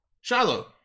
Shiloh